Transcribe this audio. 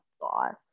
boss